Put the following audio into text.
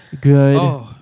Good